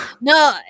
No